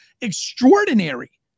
extraordinary